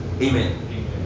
Amen